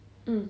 mm